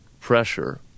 pressure